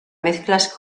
mezclas